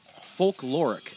folkloric